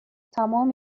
تمام